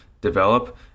develop